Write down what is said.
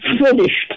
finished